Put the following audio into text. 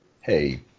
hey